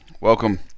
welcome